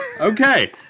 Okay